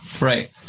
right